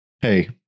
Hey